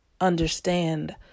understand